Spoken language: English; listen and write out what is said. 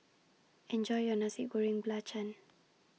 Enjoy your Nasi Goreng Belacan